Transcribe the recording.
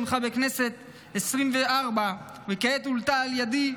שהונחה בכנסת העשרים-וארבע וכעת הועלתה על ידי.